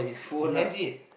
he has it